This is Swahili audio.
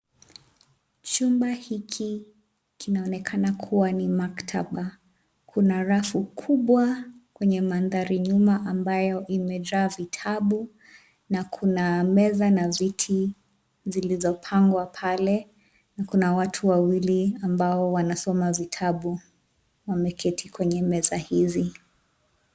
Chumba hiki kinaonekana kuwa ni maktaba. Kuna rafu kubwa kwenye mandhari nyuma ambayo imejaa vitabu na kuna meza na viti zilizopangwa pale na kuna watu wawili ambao wanasoma vitabu, wameketi kwenye meza hizi.